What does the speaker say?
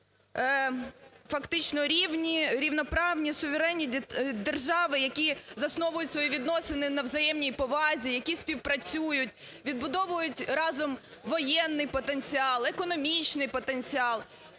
рівноправні, суверенні держави, які засновують свої відносини на взаємній повазі, які співпрацюють, відбудовують разом воєнний потенціал, економічний потенціал,